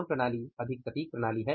कौन प्रणाली अधिक सटीक प्रणाली है